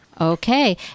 Okay